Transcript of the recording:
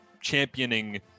championing